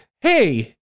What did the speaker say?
Hey